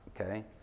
okay